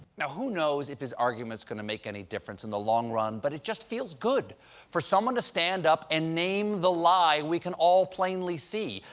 now, who knows if his argument is going to make any difference in the long run, but it just feels good for someone to stand up and name the lie we can all plainly see.